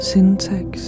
Syntax